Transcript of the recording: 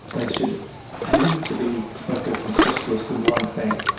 they should aim to be focused and specialist in one thing,